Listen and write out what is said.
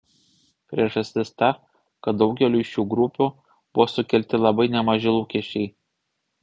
priežastis ta kad daugeliui šių grupių buvo sukelti labai nemaži lūkesčiai